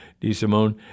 DeSimone